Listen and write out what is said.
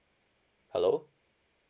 hello